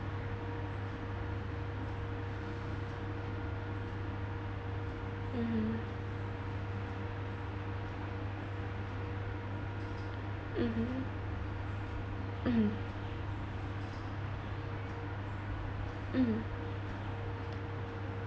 mmhmm mmhmm mmhmm mmhmm